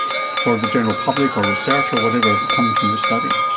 for the general public or research or whatever coming from your study?